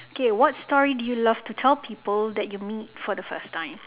k what story do you love to tell people that you meet for the first time